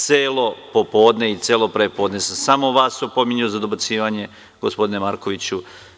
Celo popodne i celo pre podne sam samo vas opominjao za dobacivanje, gospodine Markoviću.